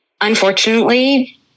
unfortunately